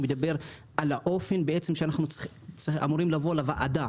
שמדבר על האופן שאנחנו אמורים לבוא לוועדה,